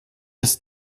ist